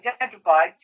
identified